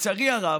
לצערי הרב,